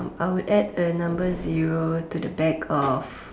I would add a number zero to the back of